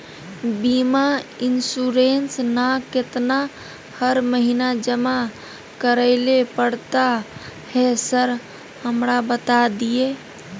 बीमा इन्सुरेंस ना केतना हर महीना जमा करैले पड़ता है सर हमरा बता दिय?